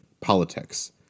politics